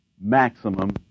maximum